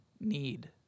need